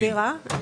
אני מסבירה.